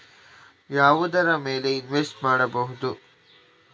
ಯಾವುದರ ಮೇಲೆ ಇನ್ವೆಸ್ಟ್ ಮಾಡಬಹುದು?